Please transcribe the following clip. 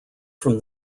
from